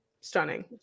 Stunning